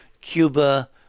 Cuba